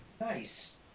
Nice